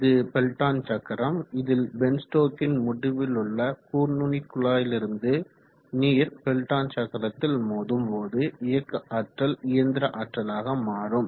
இது பெல்டான் சக்கரம் இதில் பென்ஸ்டோக்கின் முடிவில் உள்ள கூர்நுனிக்குழாயிலிருந்து நீர் பெல்டான் சக்கரத்தில் மோதும் போது இயக்க ஆற்றல் இயந்திர ஆற்றலாக மாற்றும்